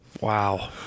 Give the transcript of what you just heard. Wow